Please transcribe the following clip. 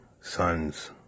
son's